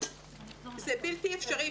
זה בלתי אפשרי.